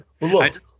look